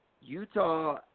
Utah